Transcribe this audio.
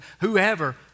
whoever